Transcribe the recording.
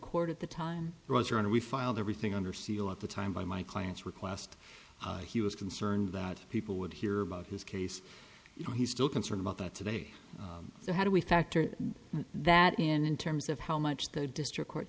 court at the time was your honor we filed everything under seal at the time by my client's request he was concerned that people would hear about his case you know he's still concerned about that today so how do we factor that in in terms of how much the district